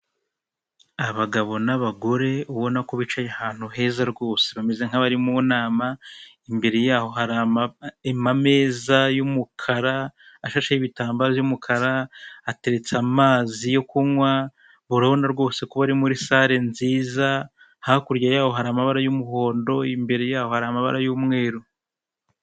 Abagabo n'abagore ubona ko bicaye ahantu heza rwose bameze nk'abari mu nama imbere yabo hari ameza yumukara, ashasheho ibitambaro by'umukara ateretse amazi yo kunywa, urabona rwose ko bari muri sale nziza hakurya yaho hari amabara y'umuhondo imbere yaho hari amabara y'umweru.